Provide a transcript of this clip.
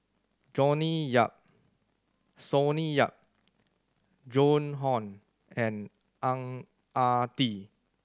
Jonny Sonny Yap Joan Hon and Ang Ah Tee